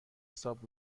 حساب